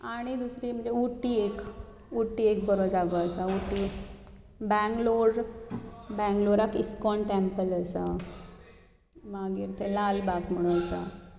आनी दुसरी म्हणजे उटी एक उटी एक बरो जागो आसा उटी बेंगलोर बेंगलोराक इस्कॉन टॅम्पल आसा मागीर थंय लाल बाग म्हणून आसा